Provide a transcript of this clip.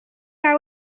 how